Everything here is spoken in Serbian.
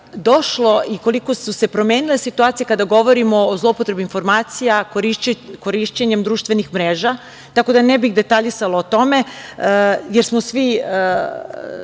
došlo i koliko su se promenile situacije kada govorimo o zloupotrebi informacija korišćenjem društvenih mreža. Tako da ne bih detaljisala o tome, jer mislim